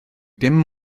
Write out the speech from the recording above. dim